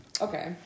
Okay